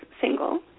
single